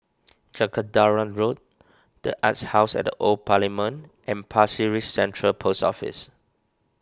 Jacaranda Road the Arts House at Old Parliament and Pasir Ris Central Post Office